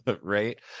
Right